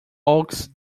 oaks